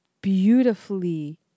beautifully